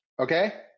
Okay